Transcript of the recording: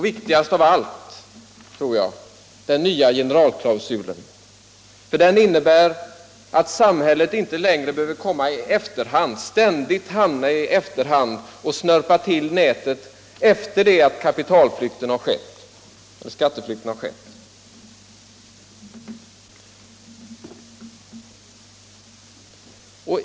Viktigast av allt tror jag att den nya generalklausulen är, för den innebär att samhället inte längre ständigt behöver hamna i efterhand och snörpa till nätet efter det att skatteflykten har skett.